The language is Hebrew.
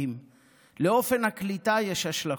עד 1970. לאופן הקליטה יש השלכות.